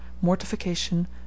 mortification